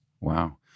Wow